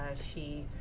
she,